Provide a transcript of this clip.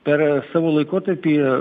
per savo laikotarpį